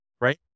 right